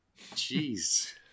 Jeez